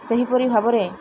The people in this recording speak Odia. ସେହିପରି ଭାବରେ